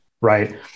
right